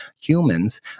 humans